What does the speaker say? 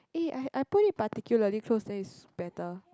eh I I put it particularly close then it's better